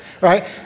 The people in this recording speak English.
right